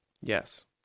Yes